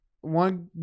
one